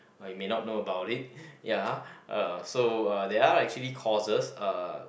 oh you may not know about it ya uh so uh there are actually courses uh